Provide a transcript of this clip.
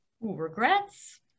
regrets